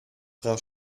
frau